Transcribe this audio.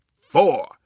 four